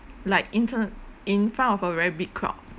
like in te~ in front of a very big crowd